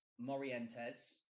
Morientes